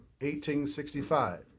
1865